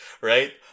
Right